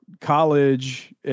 college